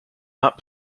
not